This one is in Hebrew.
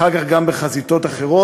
אחר כך גם בחזיתות אחרות.